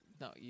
No